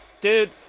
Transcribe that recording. Dude